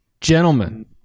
gentlemen